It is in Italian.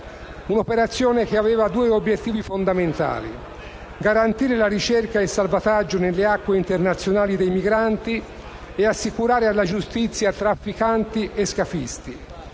operazione aveva due obiettivi fondamentali: garantire la ricerca e il salvataggio nelle acque internazionali dei migranti e assicurare alla giustizia trafficanti e scafisti.